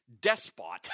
despot